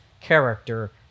character